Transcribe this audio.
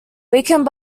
weakened